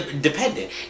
Dependent